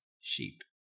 sheep